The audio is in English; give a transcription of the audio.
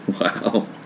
Wow